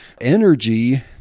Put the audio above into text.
energy